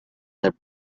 their